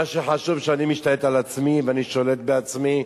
מה שחשוב שאני משתלט על עצמי ואני שולט בעצמי,